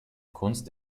kunst